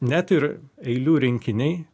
net ir eilių rinkiniai